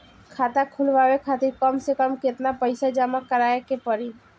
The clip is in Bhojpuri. खाता खुलवाये खातिर कम से कम केतना पईसा जमा काराये के पड़ी?